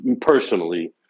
personally